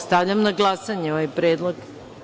Stavljam na glasanje ovaj predlog.